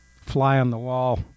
fly-on-the-wall